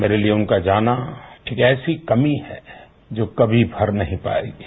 मेरी लिये उनका जाना एक ऐसी कमी है जो कभी भर नहीं पायेगी